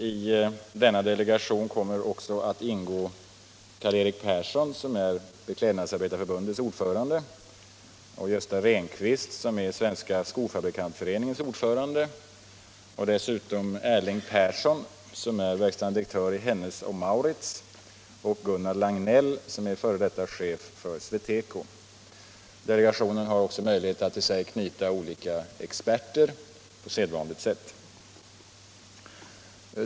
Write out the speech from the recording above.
I denna delegation kommer också att ingå Karl-Erik Persson, Beklädnads ordförande, Gösta Rehnqvist, Svenska skofabrikantföreningens ordförande, Erling Persson, verkställande direktör i Hennes & Mauritz, samt Gunnar Lagnell, f.d. styrelseordförande för Sweteco. Delegationen skall också ha möjlighet att till sig knyta experter på sedvanligt sätt.